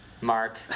Mark